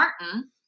Martin